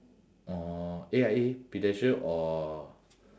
orh A_I_A prudential or